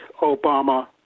Obama